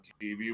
tv